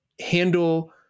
handle